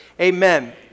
amen